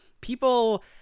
People